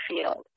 field